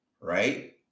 right